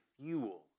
fuel